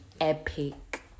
epic